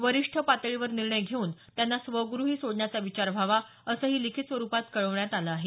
वरिष्ठ पातळीवर निर्णय घेऊन त्यांना स्वग्नही सोडण्याचा विचार व्हावा असंही लिखित स्वरूपात कळवण्यात आलं आहे